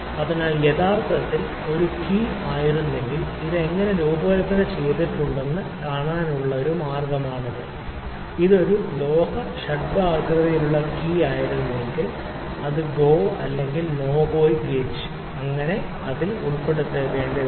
അതിനാൽ യഥാർത്ഥത്തിൽ ഇത് ഒരു കീ ആയിരുന്നെങ്കിൽ അത് എങ്ങനെ രൂപകൽപ്പന ചെയ്തിട്ടുണ്ടെന്ന് കാണാനുള്ള ഒരു മാർഗമാണ് അത് ഒരു ലോഹ ഷഡ്ഭുജാകൃതിയിലുള്ള കീ ആയിരുന്നെങ്കിൽ അത് ഗോ അല്ലെങ്കിൽ നോ ഗോ ഗേജ് ശരി എന്നിങ്ങനെയുള്ളവയിൽ ഉൾപ്പെടുത്തേണ്ടതുണ്ട്